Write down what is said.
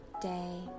day